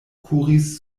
kuris